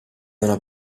una